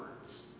words